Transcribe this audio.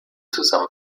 zusammen